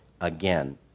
again